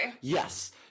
Yes